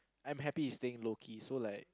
I'm happy with staying low key so like